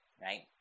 right